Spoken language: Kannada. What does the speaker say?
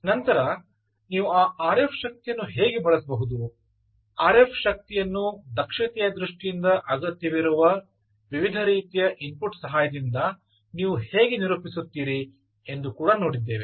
ನಂತರ ನೀವು ಆ ಆರ್ ಎಫ್ ಶಕ್ತಿಯನ್ನು ಹೇಗೆ ಬಳಸಬಹುದು ಆ ಆರ್ ಎಫ್ ಶಕ್ತಿಯನ್ನು ದಕ್ಷತೆಯ ದೃಷ್ಟಿಯಿಂದ ಅಗತ್ಯವಿರುವ ವಿವಿಧ ರೀತಿಯ ಇನ್ಪುಟ್ ಸಹಾಯದಿಂದ ನೀವು ಹೇಗೆ ನಿರೂಪಿಸುತ್ತೀರಿ ಎಂದೂ ಕೂಡ ನೋಡಿದ್ದೇವೆ